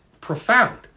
profound